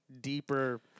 deeper